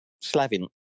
Slavin